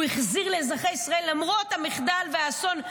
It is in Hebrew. הוא החזיר לאזרחי ישראל למרות המחדל והאסון.